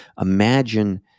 imagine